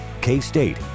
K-State